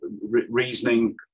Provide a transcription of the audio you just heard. reasoning